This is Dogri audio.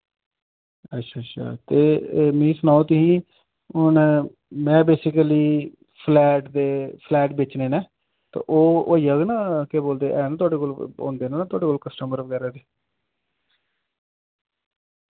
अच्छा अच्छा ते एह् मि सनाओ तुसीं हुन में बेसीकली फ्लैट दे फ्लैट बेचने न ते ओह् होई जाग ना केह् बोलदे हैन थोआड़े कोल होंदे ना थोआड़े कोल कस्टमर वगैरा किश